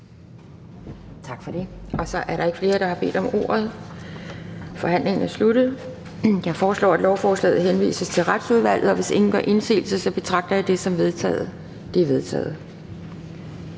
Tak til ministeren. Der er ikke flere, der har bedt om ordet. Forhandlingen er sluttet. Jeg foreslår, at lovforslaget henvises til Børne- og Undervisningsudvalget. Hvis ingen gør indsigelse, betragter jeg det som vedtaget. Det er vedtaget.